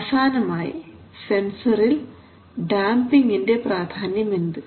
അവസാനമായി സെൻസറിൽ ഡാംപിങിന്റെ പ്രാധാന്യം എന്ത്